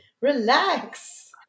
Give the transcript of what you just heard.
Relax